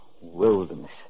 Wilderness